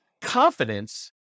confidence